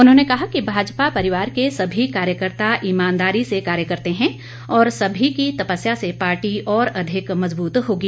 उन्होंने कहा कि भाजपा परिवार के सभी कार्यकर्ता इमानदारी से कार्य करते है और सभी की तपस्या से पार्टी और अधिक मजबूत होगी